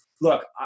Look